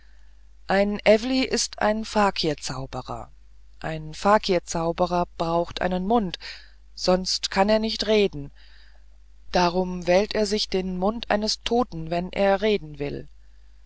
ein ewli ist ein fakirzauberer ein fakirzauberer braucht einen mund sonst kann er nicht reden darum wählt er sich den mund eines toten wenn er reden will